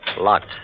Locked